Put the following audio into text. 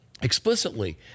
explicitly